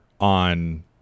on